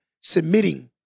submitting